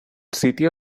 sitio